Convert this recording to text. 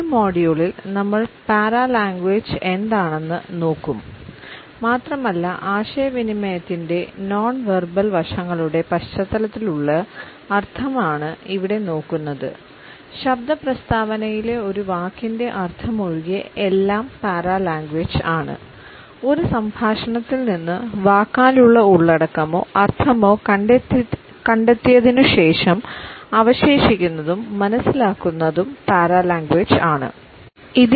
ഈ മൊഡ്യൂളിൽ നമ്മൾ പാരലാങ്വേജ് ഒരു സംഭാഷണത്തിൽ നിന്ന് വാക്കാലുള്ള ഉള്ളടക്കമോ അർത്ഥമോ കണ്ടെത്തിയതിനുശേഷം അവശേഷിക്കുന്നതും മനസ്സിലാക്കുന്നതും പാരലാങ്വേജാണ് എന്ന് നമുക്ക് പറയാൻ കഴിയും